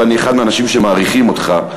ואני אחד מהאנשים שמעריכים אותך,